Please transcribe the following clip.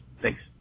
Thanks